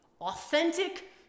Authentic